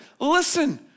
listen